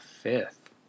fifth